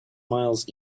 miles